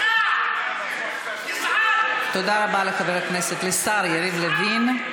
תתבייש לך, גזען, תודה רבה לשר יריב לוין.